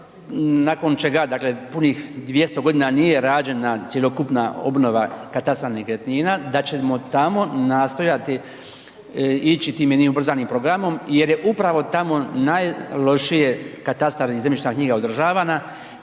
nakon čega, dakle punih 200 g. nije rađena cjelokupna obnova katastra nekretnina, da ćemo tamo nastojati ići tim jednim ubrzanim programom jer je upravo tamo najlošije katastar i zemljišna knjiga održavana